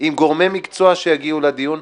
עם גורמי מקצוע שיגיעו לדיון,